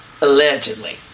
allegedly